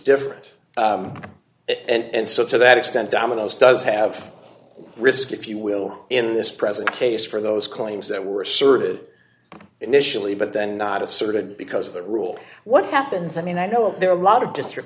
different and so to that extent dominoes does have a risk if you will in this present case for those claims that were asserted initially but then not asserted because the rule what happens i mean i know there are a lot of district